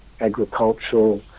agricultural